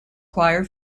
choir